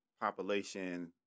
population